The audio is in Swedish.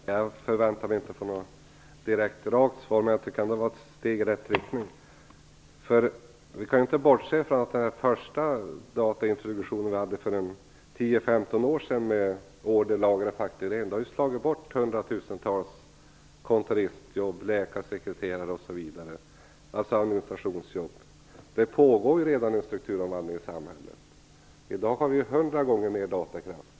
Herr talman! Jag förväntade mig inte något rakt svar. Det var ändå ett steg i rätt riktning. Vi kan inte bortse från att den första introduktionen av datorer för order, lager och fakturering, som ägde rum för 10-15 år sedan, har slagit ut hundratusentals kontoristjobb, läkarsekreterarjobb osv. Det är administrationsjobb som har försvunnit. Det pågår redan en strukturomvandling i samhället. I dag har vi hundra gånger mer datorkraft.